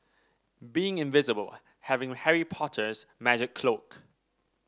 being invisible having Harry Potter's magic cloak